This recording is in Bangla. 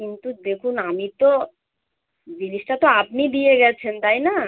কিন্তু দেখুন আমি তো জিনিসটা তো আপনি দিয়ে গেছেন তাই না